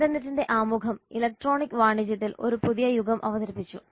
ഇന്റർനെറ്റിന്റെ ആമുഖം ഇലക്ട്രോണിക് വാണിജ്യത്തിൽ ഒരു പുതിയ യുഗം അവതരിപ്പിച്ചു